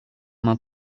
main